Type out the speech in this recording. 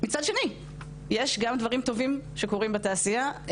מצד שני, יש גם דברים טובים שקורים בתעשייה.